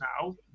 now